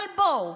אבל בואו,